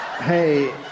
Hey